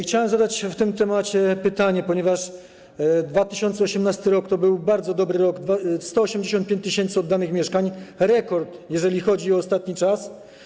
Chciałem zadać w tym temacie pytanie, ponieważ 2018 r. to był bardzo dobry rok: 185 tys. oddanych mieszkań, rekord, jeżeli chodzi o ostatni czas.